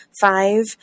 five